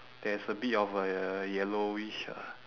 there is a bit of a yellowish ah